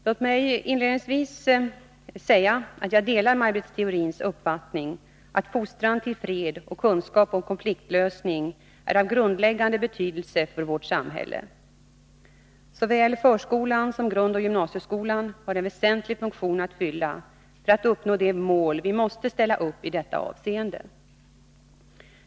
Låt mig inledningsvis säga att jag delar Maj Britt Theorins uppfattning att fostran till fred och kunskap om konfliktlösning är av grundläggande betydelse för vårt samhälle. Såväl förskolan som grundoch gymnasieskolan har en väsentlig funktion att fylla för att uppnå de mål vi måste ställa upp i detta avseende.